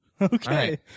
Okay